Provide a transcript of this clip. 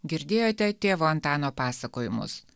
girdėjote tėvo antano pasakojimus